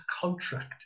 contract